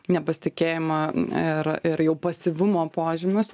nepasitikėjimo ir ir jau pasyvumo požymius